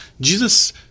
Jesus